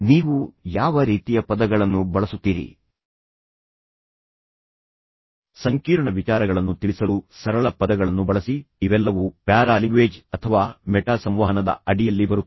ನೀವು ಯಾವ ರೀತಿಯ ಪದಗಳನ್ನು ಬಳಸುತ್ತೀರಿ ಸಂಕೀರ್ಣ ವಿಚಾರಗಳನ್ನು ತಿಳಿಸಲು ಸರಳ ಪದಗಳನ್ನು ಬಳಸಿ ಇವೆಲ್ಲವೂ ಪ್ಯಾರಾಲಿಂಗ್ವೇಜ್ ಅಥವಾ ಮೆಟಾ ಸಂವಹನದ ಅಡಿಯಲ್ಲಿ ಬರುತ್ತವೆ